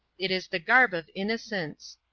it is the garb of innocence.